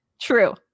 true